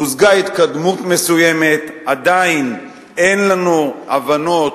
הושגה התקדמות מסוימת, עדיין אין לנו הבנות